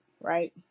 right